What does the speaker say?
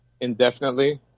indefinitely